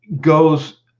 goes